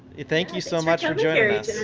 thank you so much for joining us.